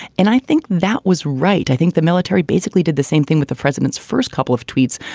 and i think that was right. i think the military basically did the same thing with the president's first couple of tweets.